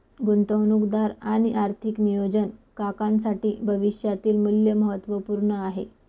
गुंतवणूकदार आणि आर्थिक नियोजन काकांसाठी भविष्यातील मूल्य महत्त्वपूर्ण आहे